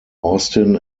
austin